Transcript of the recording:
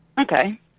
Okay